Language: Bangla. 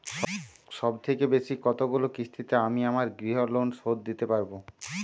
সবথেকে বেশী কতগুলো কিস্তিতে আমি আমার গৃহলোন শোধ দিতে পারব?